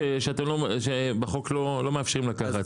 על איזה אתם הנחות אתם מדברים שבחוק לא מאפשרים לקחת?